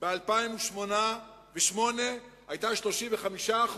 ב-2008 היתה 35%,